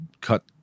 cut